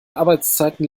arbeitszeiten